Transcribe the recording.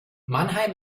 mannheim